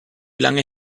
lange